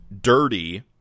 dirty